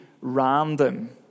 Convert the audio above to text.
random